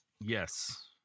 Yes